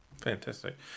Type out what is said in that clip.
Fantastic